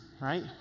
right